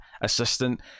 assistant